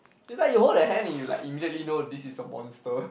it's like you hold their hand and you like immediately know this is a monster